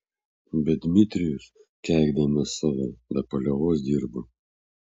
bet dmitrijus keikdamas save be paliovos dirbo